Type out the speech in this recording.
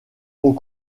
aux